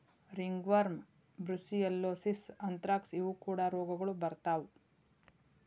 ringworm, brucellosis, anthrax ಇವು ಕೂಡಾ ರೋಗಗಳು ಬರತಾ